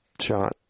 shot